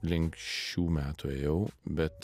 link šių metų ėjau bet